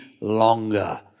longer